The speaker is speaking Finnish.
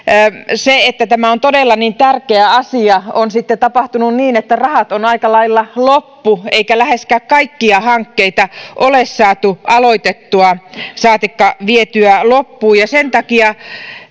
syystä että tämä on todella niin tärkeä asia on sitten tapahtunut niin että rahat ovat aika lailla loppu eikä läheskään kaikkia hankkeita ole saatu aloitettua saatikka vietyä loppuun sen takia